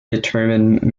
determine